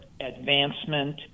advancement